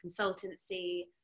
consultancy